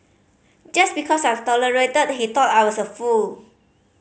just because I tolerated he thought I was a fool